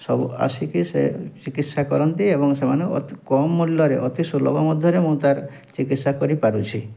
ସବୁ ଆସିକି ସେ ଚିକିତ୍ସା କରନ୍ତି ଏବଂ ସେମାନେ ଅତି କମ୍ ମୂଲ୍ୟରେ ଅତି ସୁଲଭ ମଧ୍ୟରେ ମୁଁ ତା'ର ଚିକିତ୍ସା କରିପାରୁଛି